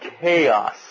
chaos